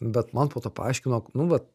bet man po to paaiškino nu va